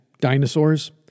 dinosaurs